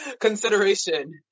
consideration